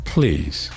Please